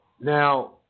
Now